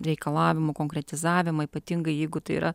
reikalavimų konkretizavimo ypatingai jeigu tai yra